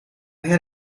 had